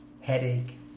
headache